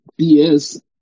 bs